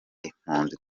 impunzi